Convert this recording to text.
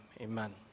Amen